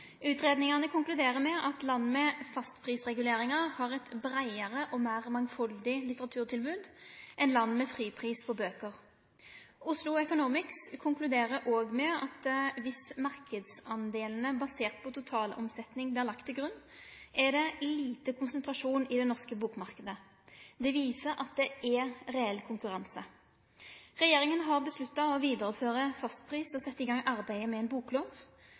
konkluderer med at land med fastprisreguleringar har eit breiare og meir mangfaldig litteraturtilbod enn land med fripris på bøker. Oslo Economics konkluderer òg med at dersom marknadsdelane basert på totalomsetning vert lagde til grunn, er det lite konsentrasjon i den norske bokmarknaden. Det viser at det er reell konkurranse. Regjeringa har vedteke å vidareføre fastpris og setje i gang arbeidet med ei boklov.